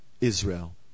Israel